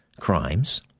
crimes